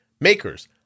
Makers